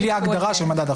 --- זה עניין יישומי.